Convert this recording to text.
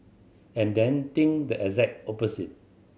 and then think the exact opposite